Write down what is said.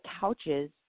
couches